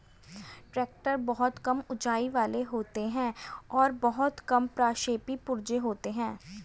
tractor बहुत कम ऊँचाई वाले होते हैं और बहुत कम प्रक्षेपी पुर्जे होते हैं